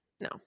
no